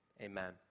Amen